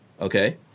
Okay